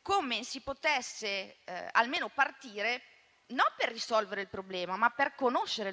come si potesse almeno partire non per risolvere il problema, ma per conoscerlo,